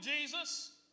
Jesus